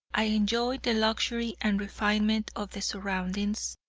i enjoyed the luxury and refinement of the surroundings.